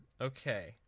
okay